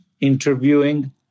interviewing